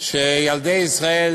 שילדי ישראל,